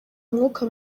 umwuka